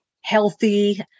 healthy